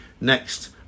next